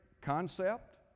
concept